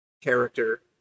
character